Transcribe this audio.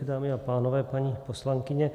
Dámy a pánové, paní poslankyně.